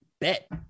bet